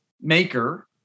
maker